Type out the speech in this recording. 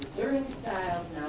styles.